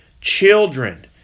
children